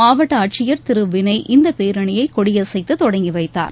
மாவட்ட ஆட்சியர் திரு வினய் இந்த பேரணியை கொடியசைத்து தொடங்கிவைத்தார்